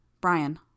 Brian